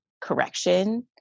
correction